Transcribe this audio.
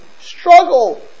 struggle